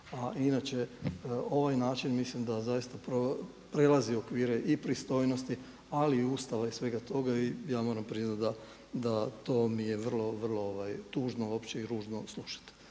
A inače ovaj način mislim da prelazi okvire i pristojnosti, ali i Ustava i svega toga i ja moram priznati da to mi je vrlo, vrlo tužno i ružno uopće